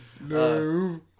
No